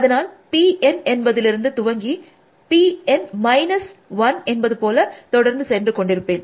அதனால் P N என்பதிலிருந்து துவங்கி பி என் மைனஸ் ௧ என்பது போல தொடர்ந்து சென்று கொண்டிருப்பேன்